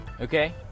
Okay